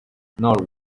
nor